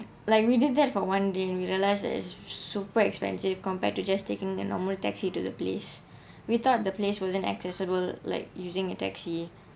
like we did that for one day we realise that is super expensive compared to just taking the normal taxi to the place we thought the place wasn't accessible like using a taxi